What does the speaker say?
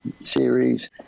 series